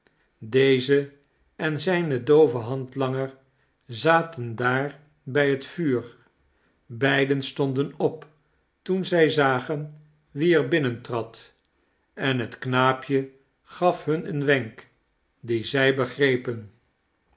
deze en zijn doove handlanger zaten daar bij het vuur beide stonden op toen zij zagen wie er binnentrad en het knaapje gaf hun een wenk dien zij begrepen